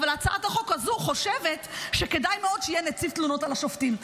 אבל הצעת החוק הזאת חושבת שכדאי מאוד שיהיה נציב תלונות על השופטים.